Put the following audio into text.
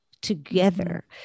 together